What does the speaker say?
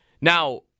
Now